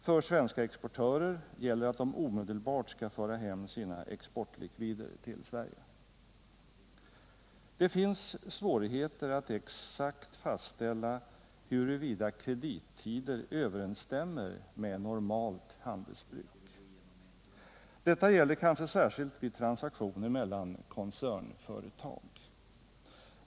För svenska exportörer gäller att de omedelbart skall föra hem sina exportlikvider till Sverige. Det finns svårigheter att exakt fastställa huruvida kredittider överensstämmer med normalt handelsbruk. Detta gäller kanske särskilt vid transaktioner mellan koncernföretag.